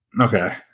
Okay